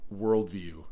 worldview